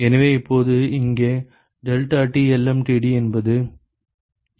எனவே இப்போது இங்கே deltaTlmtd என்பது டெல்டாடி என வரையறுக்கப்பட்டுள்ளது